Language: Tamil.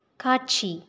காட்சி